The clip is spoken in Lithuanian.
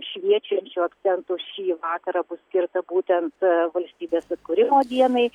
šviečiančių akcentų šį vakarą bus skirta būtent aaa valstybės atkūrimo dienai